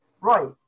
right